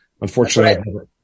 Unfortunately